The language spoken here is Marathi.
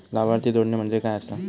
लाभार्थी जोडणे म्हणजे काय आसा?